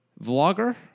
vlogger